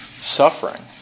suffering